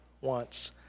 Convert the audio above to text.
wants